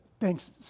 thanks